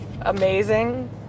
Amazing